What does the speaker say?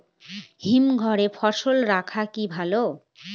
হিমঘরে ফসল রাখা কি ভালো?